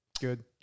Good